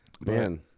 Man